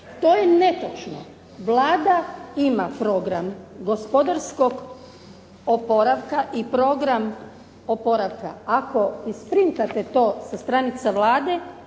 To je netočno. Vlada ima program gospodarskog oporavka i program oporavka. Ako isprintate to sa stranica Vlade